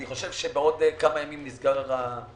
אני חושב שבעוד כמה ימים נסגר הרישום.